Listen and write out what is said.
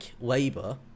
Labour